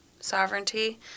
sovereignty